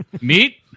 Meet